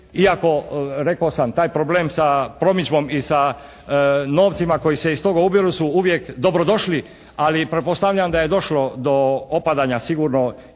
iako rekao sam taj problem sa promidžbom i sa novcima koji se iz toga ubiru su uvijek dobro došli ali pretpostavljam da je došlo do opadanja sigurno